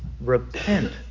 Repent